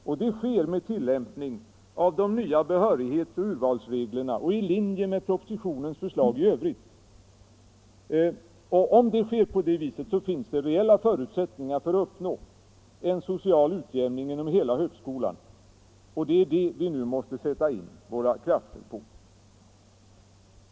Om det sker med tillämpning av de nya behörighetsoch urvalsreglerna och i linje med propositionens förslag i övrigt, finns det reella förutsättningar för att uppnå en social utjämning inom hela högskolan. Det är det vi nu måste sätta in våra krafter på.